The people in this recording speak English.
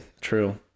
true